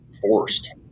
forced